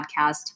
podcast